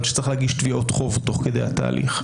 שצריך להגיש תביעות חוב תוך כדי התהליך.